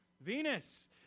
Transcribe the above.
Venus